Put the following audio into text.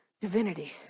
divinity